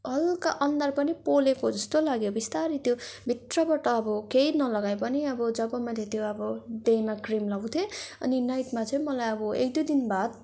हल्का अनुहार पनि पोलेको जस्तो लाग्यो बिस्तारी त्यो भित्रबाट अब केही नलगाए पनि अब जब मैले त्यो अब डेमा क्रिम लाउँथे अनि नाइटमा चाहिँ मलाई अब एक दुई दिन बाद